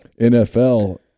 NFL